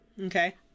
okay